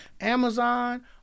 Amazon